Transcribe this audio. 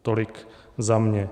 Tolik za mne.